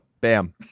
Bam